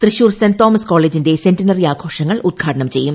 Thrissur saint Thomas കോളേജിന്റെ centenary ആഘോഷങ്ങൾ ഉദ്ഘാടനം ചെയ്യും